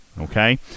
okay